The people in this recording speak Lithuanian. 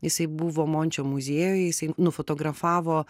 jisai buvo mončio muziejuje jisai nufotografavo